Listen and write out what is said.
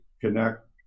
connect